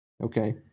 Okay